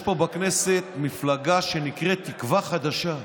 רבותיי, יש פה בכנסת מפלגה שנקראת תקווה חדשה.